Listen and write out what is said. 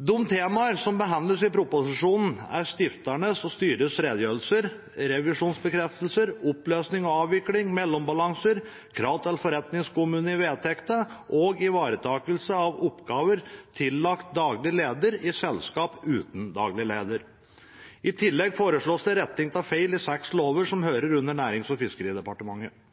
De temaene som behandles i proposisjonen, gjelder stifternes og styrets redegjørelser, revisorbekreftelser, oppløsning og avvikling, mellombalanser, krav til forretningskommune i vedtektene og ivaretakelse av oppgaver tillagt daglig leder i selskaper uten daglig leder. I tillegg foreslås det retting av feil i seks lover som hører inn under Nærings- og fiskeridepartementet.